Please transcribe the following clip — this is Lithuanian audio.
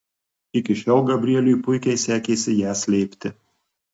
iki šiol gabrieliui puikiai sekėsi ją slėpti